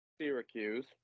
Syracuse